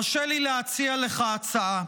הרשה לי להציע לך הצעה.